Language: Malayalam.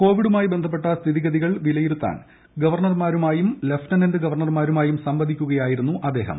കോവിഡുമായി ബന്ധപ്പെട്ട സ്ഥിതിഗതികൾ വിലയിരുത്തുന്നതിന് ഗവർണർമാരുമായും ലഫ്റ്റനന്റ് ഗവർണർമാരുമായും സംവദിക്കുകയായിരുന്നു അദ്ദേഹം